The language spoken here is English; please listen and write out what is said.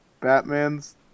Batman's